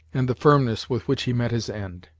and the firmness with which he met his end.